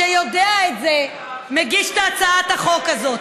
שיודע את זה, מגיש את הצעת החוק הזאת?